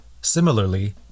similarly